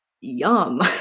yum